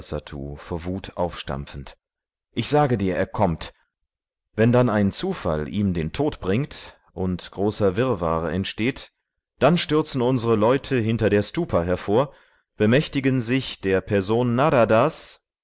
vor wut aufstampfend ich sage dir er kommt wenn dann ein zufall ihm den tod bringt und großer wirrwarr entsteht dann stürzen unsere leute hinter der stupa hervor bemächtigen sich der person naradas